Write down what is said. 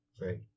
right